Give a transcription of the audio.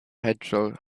pedro